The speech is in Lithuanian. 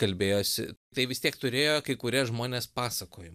kalbėjosi tai vis tiek turėjo kai kurie žmonės pasakojimų